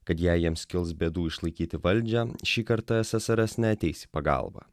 kad jei jiems kils bėdų išlaikyti valdžią šį kartą ssrs neateis į pagalbą